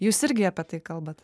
jūs irgi apie tai kalbat